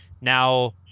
Now